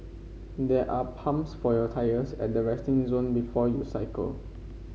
there are pumps for your tyres at the resting zone before you cycle